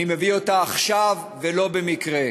אני מביא אותה עכשיו ולא במקרה.